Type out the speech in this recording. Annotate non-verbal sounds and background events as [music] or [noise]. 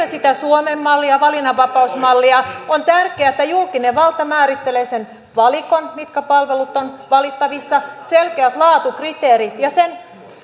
[unintelligible] sitä suomen mallia valinnanvapausmallia on tärkeää että julkinen valta määrittelee sen valikon mitkä palvelut ovat valittavissa selkeät laatukriteerit ja sen